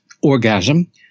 orgasm